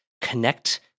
connect